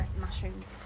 mushrooms